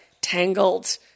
tangled